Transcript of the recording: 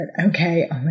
Okay